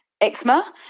eczema